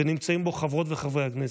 ונמצאים בו חברות וחברי הכנסת,